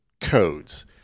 codes